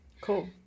Cool